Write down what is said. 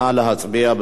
נא להצביע.